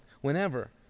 whenever